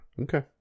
Okay